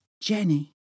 Jenny